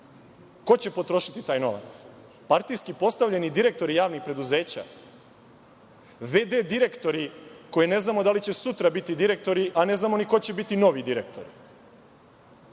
Ko će potrošiti taj novac? Partijski postavljeni direktori javnih preduzeća, v.d. direktori koje ne znamo da li će sutra biti direktori, a ne znamo ni ko će biti novi direktori?